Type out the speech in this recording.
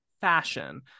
fashion